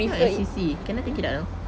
it's not at C_C can I take it out